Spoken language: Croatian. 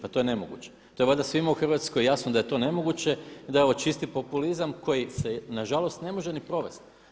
Pa to je nemoguće, to je valjda svima u Hrvatskoj jasno da je to nemoguće i da je ovo čisti populizam koji se nažalost ne može ni provesti.